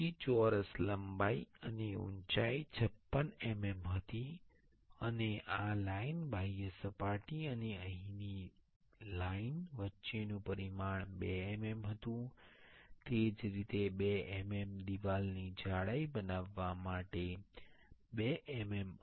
પછી ચોરસ લંબાઈ અને ઉંચાઈ 56 mm હતી અને આ લાઇન બાહ્ય સપાટી અને અહીંની લાઇન વચ્ચેનું પરિમાણ 2 mm હતું તે જ રીતે 2 mm દિવાલની જાડાઈ બનાવવા માટે 2 mm